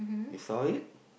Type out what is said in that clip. you saw it